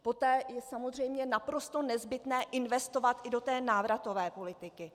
Poté je samozřejmě naprosto nezbytné investovat i do návratové politiky.